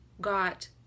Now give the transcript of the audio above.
got